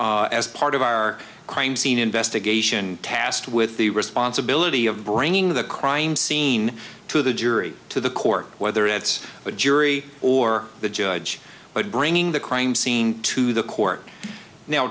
as part of our crime scene investigation tasked with the responsibility of bringing the crime scene to the jury to the court whether it's the jury or the judge but bringing the crime scene to the court